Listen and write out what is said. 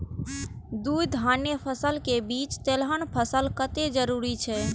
दू धान्य फसल के बीच तेलहन फसल कतेक जरूरी छे?